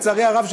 לצערי הרב,